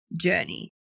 journey